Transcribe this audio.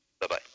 Bye-bye